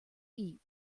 eat